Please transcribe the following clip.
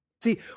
See